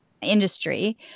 industry